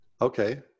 okay